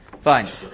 Fine